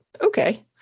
okay